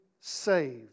saved